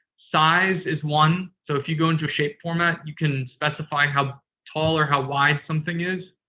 size is one. so, if you go into shape format, you can specify how tall or how wide something is.